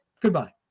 goodbye